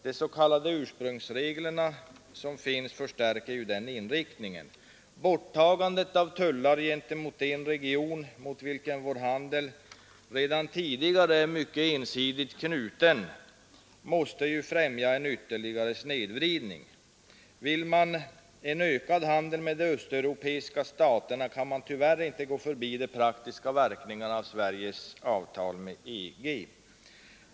De s.k. ursprungsreglerna förstärker denna inriktning. Borttagandet av tullar gentemot en region mot vilken vår handel redan tidigare är ensidigt knuten måste ju främja en ytterligare snedvridning. Vill man ha en ökad handel med de östeuropeiska staterna kan man tyvärr inte gå förbi de praktiska verkningarna av Sveriges avtal med EG.